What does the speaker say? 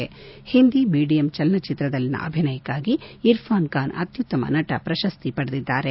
ಒಂದಿ ಮೀಡಿಯಮ್ ಚಲನಚಿತ್ರದಲ್ಲಿನ ಅಭಿನಯಕ್ಕಾಗಿ ಇರ್ಫಾನ್ ಖಾನ್ ಅತ್ನುತ್ತಮ ನಟ ಪ್ರಶಸ್ತಿ ಪಡೆದಿದ್ದಾರೆ